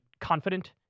confident